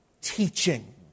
teaching